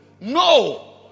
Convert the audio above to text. no